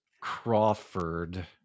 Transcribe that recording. Crawford